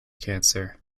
cancer